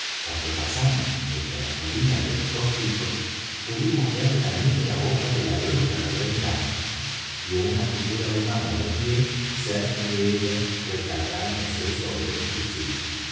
cuando pasamos frente á la colina de los dos picos pudimos ver la negra boca de la gruta de ben gunn y una figura humana de pie cerca de ella recargándose sobre un fusil